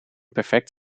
perfect